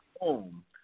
home